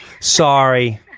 Sorry